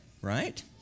right